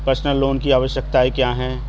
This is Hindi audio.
पर्सनल लोन की आवश्यकताएं क्या हैं?